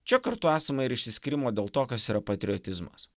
čia kartu esama ir išsiskyrimo dėl to kas yra patriotizmas